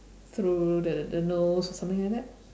through the the nose or something like that